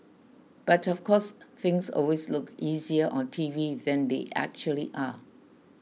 but of course things always look easier on T V than they actually are